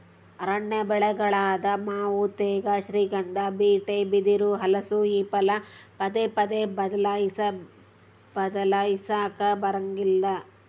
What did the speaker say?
ಅರಣ್ಯ ಬೆಳೆಗಳಾದ ಮಾವು ತೇಗ, ಶ್ರೀಗಂಧ, ಬೀಟೆ, ಬಿದಿರು, ಹಲಸು ಈ ಫಲ ಪದೇ ಪದೇ ಬದ್ಲಾಯಿಸಾಕಾ ಬರಂಗಿಲ್ಲ